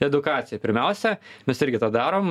edukacija pirmiausia mes irgi tą darom